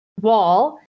wall